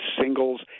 singles